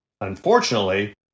Unfortunately